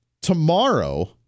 Tomorrow